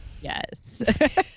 yes